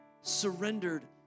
surrendered